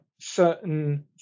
certain